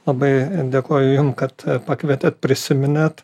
labai dėkoju jum kad pakvietėt prisiminėt